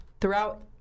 throughout